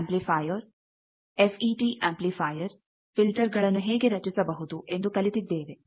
C amplifier F E T amplifier ಫಿಲ್ಟರ್ಗಳನ್ನು ಹೇಗೆ ರಚಿಸಬಹುದು ಎಂದು ಕಲಿತಿದ್ದೇವೆ